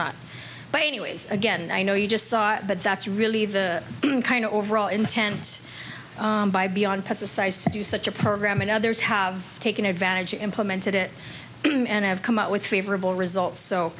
not but anyways again i know you just saw it but that's really the overall intent by beyond pesticides to such a program and others have taken advantage implemented it and have come out with favorable results so